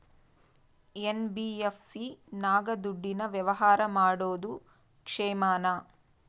NBFC ನಾಗ ದುಡ್ಡಿನ ವ್ಯವಹಾರ ಮಾಡೋದು ಕ್ಷೇಮಾನ?